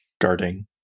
guarding